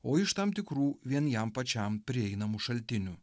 o iš tam tikrų vien jam pačiam prieinamų šaltinių